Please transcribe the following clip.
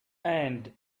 and